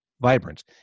vibrant